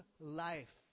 life